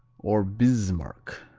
or bismarck